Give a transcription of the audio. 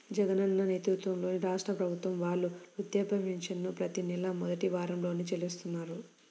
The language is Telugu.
జగనన్న నేతృత్వంలోని రాష్ట్ర ప్రభుత్వం వాళ్ళు వృద్ధాప్య పెన్షన్లను ప్రతి నెలా మొదటి వారంలోనే చెల్లిస్తున్నారు